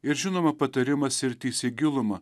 ir žinoma patarimas irtis į gilumą